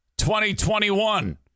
2021